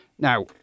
now